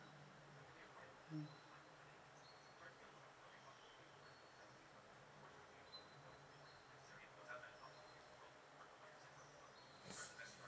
mm okay